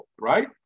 right